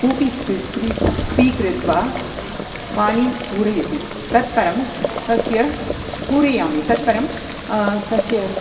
कूपी क्रिस् क्रिस्पी कृत्वा पानिपूरयित्वा इति ततःपरं तस्य पूरयामि ततःपरं तस्य